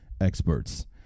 experts